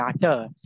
matter